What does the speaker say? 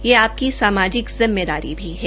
यह आशकी समाजिक जिम्मेदारी भी है